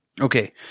Okay